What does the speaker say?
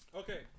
okay